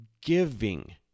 giving